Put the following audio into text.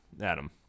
Adam